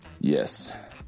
Yes